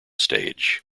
stage